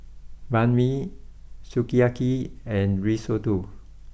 Banh Mi Sukiyaki and Risotto